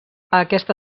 aquesta